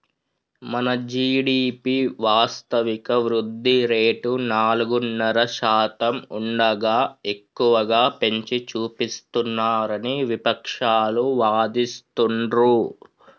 మన జీ.డి.పి వాస్తవిక వృద్ధి రేటు నాలుగున్నర శాతం ఉండగా ఎక్కువగా పెంచి చూపిస్తున్నారని విపక్షాలు వాదిస్తుండ్రు